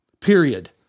period